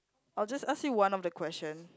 I'll just ask you one of the question